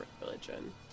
religion